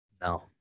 No